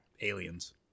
aliens